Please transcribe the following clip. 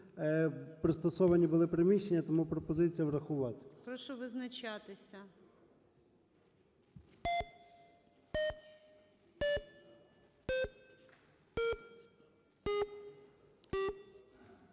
пристосовані були приміщення, тому пропозиція врахувати. ГОЛОВУЮЧИЙ. Прошу визначатися.